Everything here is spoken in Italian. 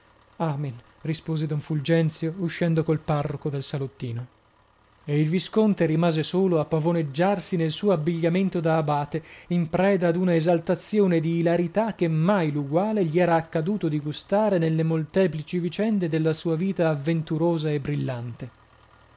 amen rispose don fulgenzio uscendo col parroco dal salottino e il visconte rimase solo a pavoneggiarsi nel suo abbigliamento da abate in preda ad una esaltazione di ilarità che mai l'uguale gli era accaduto di gustare nelle molteplici vicende della sua vita avventurosa e brillante